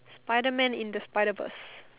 Spiderman in the Spiderverse